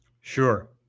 sure